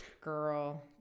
Girl